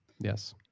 Yes